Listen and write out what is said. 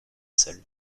seule